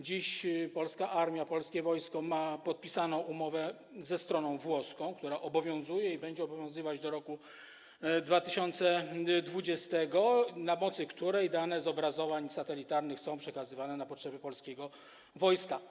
Dziś polska armia, polskie wojsko ma podpisaną umowę ze stroną włoską, która obowiązuje i będzie obowiązywać do roku 2020, na mocy której dane z obrazowań satelitarnych są przekazywane na potrzeby polskiego wojska.